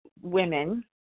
women